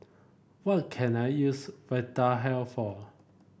what can I use Vitahealth for